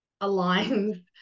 aligns